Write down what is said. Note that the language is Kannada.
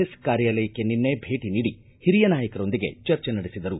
ಎಸ್ ಕಾರ್ಯಾಲಯಕ್ಕೆ ನಿನ್ನೆ ಭೇಟಿ ನೀಡಿ ಹಿರಿಯ ನಾಯಕರೊಂದಿಗೆ ಚರ್ಚೆ ನಡೆಸಿದರು